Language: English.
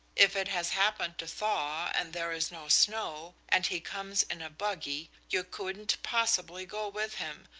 if it has happened to thaw and there is no snow, and he comes in a buggy, you couldn't possibly go with him,